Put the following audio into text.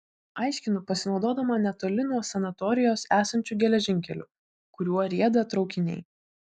aiškinu pasinaudodama netoli nuo sanatorijos esančiu geležinkeliu kuriuo rieda traukiniai